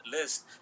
list